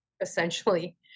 essentially